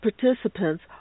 participants